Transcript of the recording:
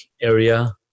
area